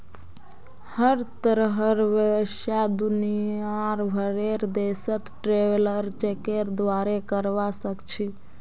हर तरहर व्यवसाय दुनियार भरेर देशत ट्रैवलर चेकेर द्वारे करवा सख छि